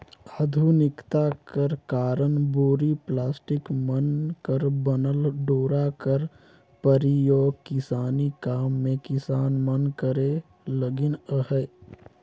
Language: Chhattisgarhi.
आधुनिकता कर कारन बोरी, पलास्टिक मन कर बनल डोरा कर परियोग किसानी काम मे किसान मन करे लगिन अहे